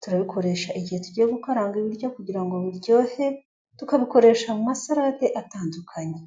turabikoresha igihe tugiye gukaranga ibiryo kugira ngo biryohe, tukabikoresha mu ma salade atandukanye.